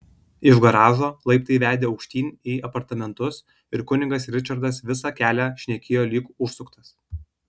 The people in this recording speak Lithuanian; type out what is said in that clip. iš garažo laiptai vedė aukštyn į apartamentus ir kunigas ričardas visą kelią šnekėjo lyg užsuktas